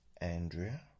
Andrea